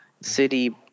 city